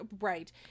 right